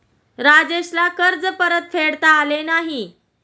राजेशला कर्ज परतफेडता आले नाही